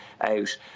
out